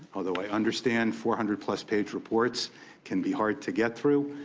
although i understand four hundred plus page reports can be hard to get through.